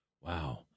Wow